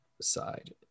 side